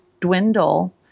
dwindle